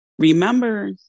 Remember